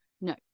no